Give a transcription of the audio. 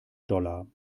dollar